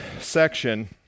section